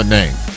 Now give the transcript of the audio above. name